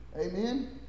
Amen